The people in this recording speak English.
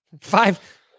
Five